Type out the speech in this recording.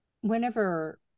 whenever